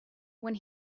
when